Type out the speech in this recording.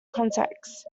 contexts